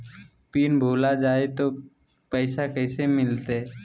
Pin भूला जाई तो पैसा कैसे मिलते?